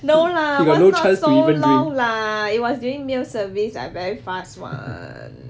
no lah not so long lah it was during meal service I very fast [one]